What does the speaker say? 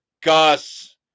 Gus